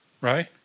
Right